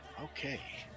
Okay